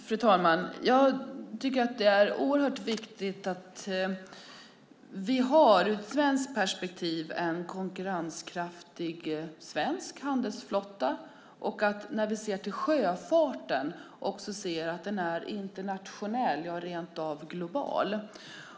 Fru talman! Det är ur svenskt perspektiv oerhört viktigt att vi har en konkurrenskraftig svensk handelsflotta och att när vi ser till sjöfarten också ser att den är internationell, rent av global.